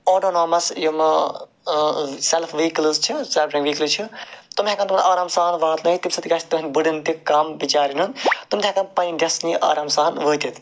autonomous یِمہٕ self vehicles چھِ self vehicles چھِ تِم ہٮ۪کن تِمن آرام سان واتنٲوِتھ تَمہِ سۭتۍ گَژھِ تُہٕنٛدۍ بٔڈٕنۍ تہِ کم بِچارٮ۪ن ہُنٛد تِم تہِ ہٮ۪کن پنٕنۍ ڈیسٹٔنی آرام سان وٲتِتھ